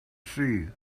see